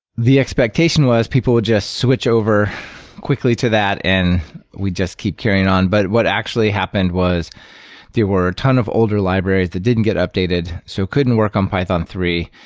the expectation was people would just switch over quickly to that and we just keep carrying on. but what actually happened was there were ton of older libraries that didn't get updated, so couldn't work on python three.